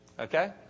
Okay